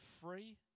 free